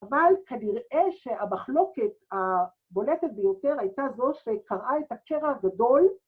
אבל כנראה שהמחלוקת הבולטת ביותר הייתה זו שקרעה את הקרע הגדול